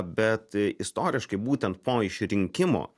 bet istoriškai būtent po išrinkimo